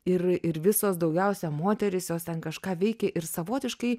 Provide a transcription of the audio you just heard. ir ir visos daugiausia moterys jos ten kažką veikia ir savotiškai